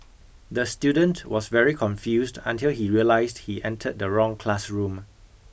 the student was very confused until he realised he entered the wrong classroom